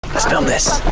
let's do um this